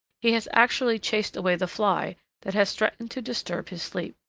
he has actually chased away the fly that has threatened to disturb his sleep.